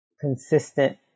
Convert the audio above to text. consistent